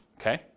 Okay